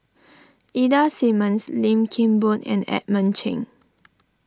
Ida Simmons Lim Kim Boon and Edmund Cheng